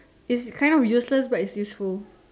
is kind of useless but it's useful